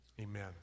amen